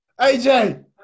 AJ